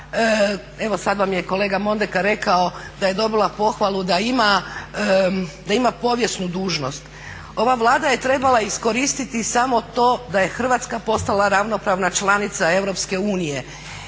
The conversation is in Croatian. evo sad vam je kolega Mondekar rekao da je dobila pohvalu da ima povijesnu dužnost. Ova Vlada je trebala iskoristiti samo to da je Hrvatska postala ravnopravna članica EU.